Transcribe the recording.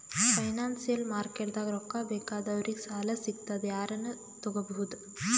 financial ಮಾರ್ಕೆಟ್ದಾಗ್ ರೊಕ್ಕಾ ಬೇಕಾದವ್ರಿಗ್ ಸಾಲ ಸಿಗ್ತದ್ ಯಾರನು ತಗೋಬಹುದ್